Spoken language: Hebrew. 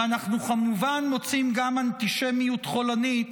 ואנחנו כמובן מוצאים גם אנטישמיות חולנית